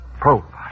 Profile